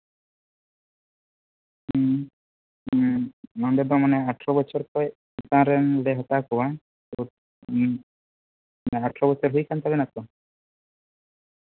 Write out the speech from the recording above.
ᱦᱮᱸ ᱦᱮᱸ ᱱᱚᱰᱮ ᱫᱚ ᱢᱟᱱᱮ ᱟᱴᱷᱨᱳ ᱵᱚᱪᱷᱚᱨ ᱠᱷᱚᱱ ᱪᱮᱛᱟᱱ ᱨᱮᱱᱞᱮ ᱦᱟᱛᱟᱣ ᱠᱚᱣᱟ ᱟᱴᱷᱨᱳ ᱵᱚᱪᱷᱚᱨ ᱦᱩᱭ ᱠᱟᱱ ᱛᱟᱱᱵᱮᱱᱟᱛᱚ